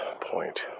point